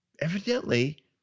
evidently